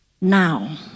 now